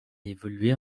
évolué